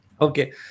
Okay